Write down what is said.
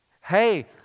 Hey